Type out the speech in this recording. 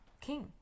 king